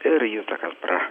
ir jutą kasparą